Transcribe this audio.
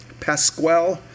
Pasquale